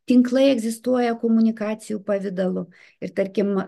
tinklai egzistuoja komunikacijų pavidalu ir tarkim